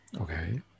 Okay